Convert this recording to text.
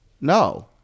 no